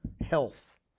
health